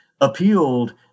appealed